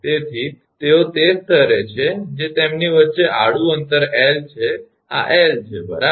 તેથી તેઓ તે જ સ્તરે છે જે તેમની વચ્ચે આડું અંતર 𝐿 છે આ 𝐿 છે બરાબર